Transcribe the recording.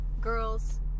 girls